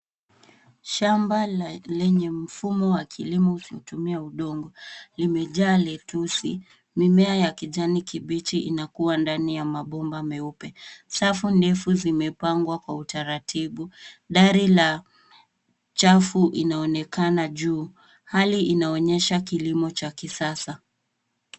Shamba la kilimo isiyotumia udongo limejaa letusi, mimea ya kijani kibichi inakua ndani ya mabomba meupe. Safu ndefu zimepangwa kwa utaratibu. Dari la chafu inaonekana juu. Hali inaonyesha kilimo cha kisasa.